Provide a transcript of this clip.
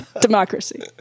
Democracy